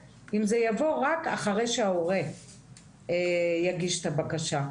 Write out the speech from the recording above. אחרי שההורה יגיש את הבקשה.